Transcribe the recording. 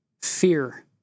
fear